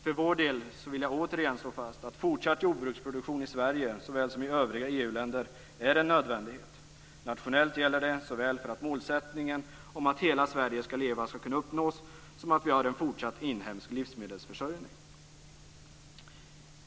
För vår del vill jag återigen slå fast att fortsatt jordbruksproduktion i Sverige såväl som i övriga EU länder är en nödvändighet. Nationellt gäller det såväl för att målsättningen om att hela Sverige skall kunna uppnås som för att garantera en fortsatt inhemsk livsmedelsförsörjning.